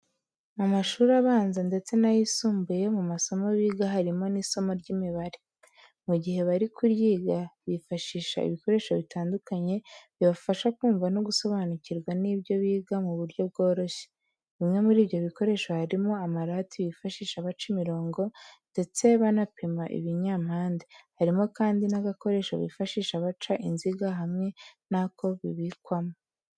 Mu mashuri abanza ndetse n'ayisumbuye mu masomo biga harimo n'isomo ry'imibare. Mu gihe bari kuryiga bifashisha ibikoresho bitandukanye bibafasha kumva no gusobanukirwa n'ibyo biga mu buryo bworoshye. Bimwe muri ibyo bikoresho harimo amarati bifashisha baca imirongo ndetse banapima ibinyampande, harimo kandi n'agakoresho bifashisha baca inziga hamwe n'ako bibikwamo.